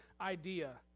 idea